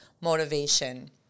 motivation